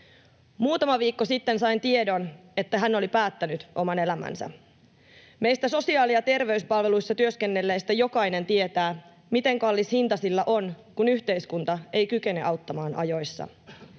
Muutama viikko sitten sain tiedon, että hän oli päättänyt oman elämänsä. Meistä sosiaali- ja terveyspalveluissa työskennelleistä jokainen tietää, miten kallis hinta sillä on, kun yhteiskunta ei kykene auttamaan ajoissa.